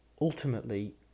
ultimately